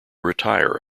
retire